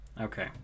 Okay